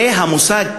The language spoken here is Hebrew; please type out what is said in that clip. במושג "קניבליזם"